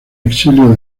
exilio